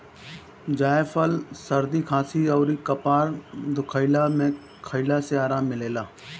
जायफल सरदी खासी अउरी कपार दुखइला में खइला से आराम मिलेला